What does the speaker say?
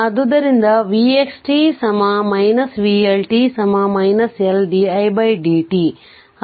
ಆದ್ದರಿಂದ v x t vLt L did t